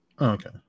Okay